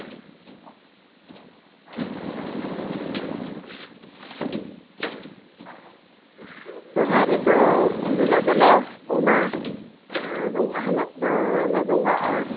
ᱥᱚᱨᱦᱟᱭ ᱨᱮᱫᱚ ᱩᱢ ᱦᱤᱞᱳᱜ ᱫᱚᱞᱮ ᱩᱢᱩᱜᱼᱟ ᱟᱨ ᱵᱚᱸᱜᱟ ᱦᱤᱞᱳᱜ ᱫᱚᱞᱮ ᱵᱚᱸᱜᱟᱜᱼᱟ